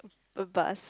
a bus